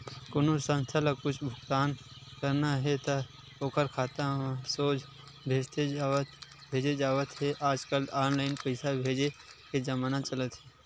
कोनो संस्था ल कुछ भुगतान करना हे त ओखर खाता म सोझ भेजे जावत हे आजकल ऑनलाईन पइसा भेजे के जमाना चलत हे